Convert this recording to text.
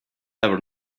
ever